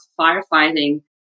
firefighting